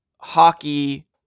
hockey